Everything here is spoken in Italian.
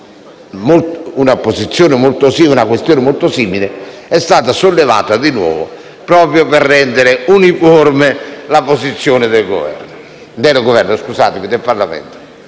una questione molto simile è stata sollevata di nuovo, proprio per rendere uniforme la posizione del Parlamento.